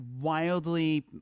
wildly